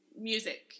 music